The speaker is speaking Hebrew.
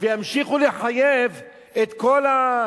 וימשיכו לחייב את כל ה,